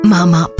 Mama